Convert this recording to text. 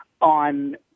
on